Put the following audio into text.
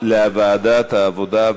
אפשר לוועדת העבודה?